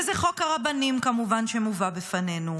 וזה חוק הרבנים כמובן שמובא בפנינו,